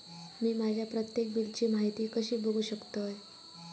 मी माझ्या प्रत्येक बिलची माहिती कशी बघू शकतय?